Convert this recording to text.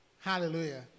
Hallelujah